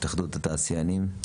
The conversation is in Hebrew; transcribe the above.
התאחדות התעשיינים?